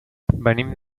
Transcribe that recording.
venim